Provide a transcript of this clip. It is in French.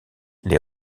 les